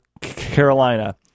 Carolina